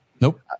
Nope